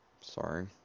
Sorry